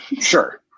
Sure